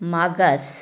मागास